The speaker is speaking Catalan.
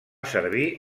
servir